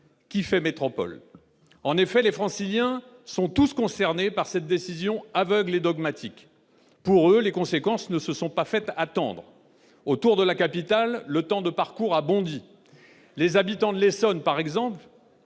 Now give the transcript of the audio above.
qui fait métropole. En effet, les Franciliens sont tous concernés par cette décision aveugle et dogmatique. Pour eux, les conséquences ne se sont pas fait attendre. Autour de la capitale, les temps de trajet ont bondi. Ainsi, les habitants de l'Essonne, territoire